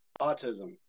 autism